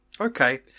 Okay